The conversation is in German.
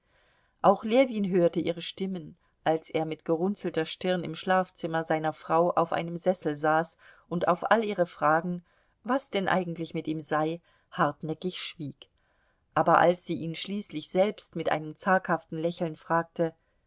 auch ljewin hörte ihre stimmen als er mit gerunzelter stirn im schlafzimmer seiner frau auf einem sessel saß und auf all ihre fragen was denn eigentlich mit ihm sei hartnäckig schwieg aber als sie ihn schließlich selbst mit einem zaghaften lächeln fragte